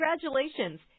congratulations